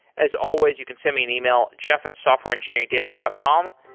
as always, you can send me an email, jeff at softwareengineeringdaily dot com.